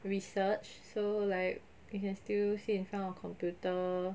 research so like you can still sit in front of computer